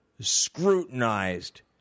scrutinized